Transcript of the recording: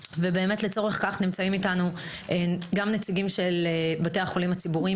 לצורך כך נמצאים איתנו נציגים של בתי החולים הציבוריים,